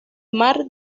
mar